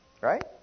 Right